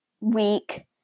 week